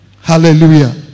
Hallelujah